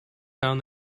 down